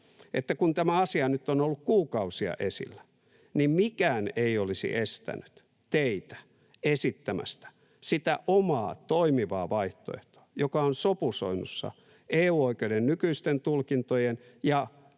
että kun tämä asia nyt on ollut kuukausia esillä, niin mikään ei olisi estänyt teitä esittämästä sitä omaa toimivaa vaihtoehtoa, joka on sopusoinnussa EU-oikeuden nykyisten tulkintojen ja